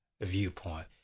viewpoint